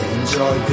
enjoy